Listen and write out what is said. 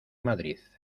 madrid